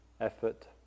effort